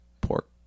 pork